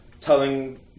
telling